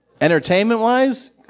Entertainment-wise